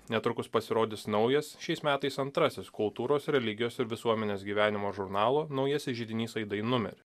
netrukus pasirodys naujas šiais metais antrasis kultūros religijos ir visuomenės gyvenimo žurnalo naujasis židinys aidai numer